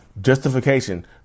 Justification